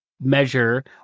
measure